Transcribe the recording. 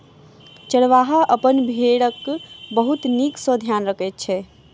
चरवाहा अपन भेड़क बहुत नीक सॅ ध्यान रखैत अछि